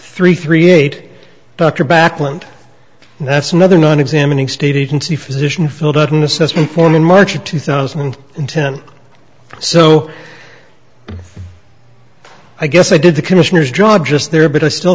three three eight doctor backlund that's another one examining state agency physician filled out an assessment form in march of two thousand and ten so i guess i did the commissioner's job just there but i still